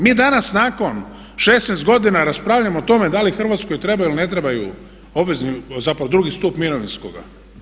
Mi danas nakon 16 godina raspravljamo o tome da li Hrvatskoj trebaju ili ne trebaju obvezni zapravo drugi stup mirovinskoga.